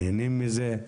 נהנים מזה,